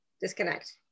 disconnect